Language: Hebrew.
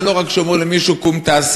זה לא רק שאומרים למישהו: קום תעשה.